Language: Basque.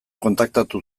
kontaktatu